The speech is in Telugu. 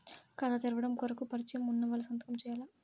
ఖాతా తెరవడం కొరకు పరిచయము వున్నవాళ్లు సంతకము చేయాలా?